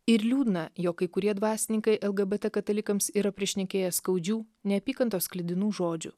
ir liūdna jog kai kurie dvasininkai lgbt katalikams yra prišnekėję skaudžių neapykantos sklidinų žodžių